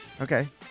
Okay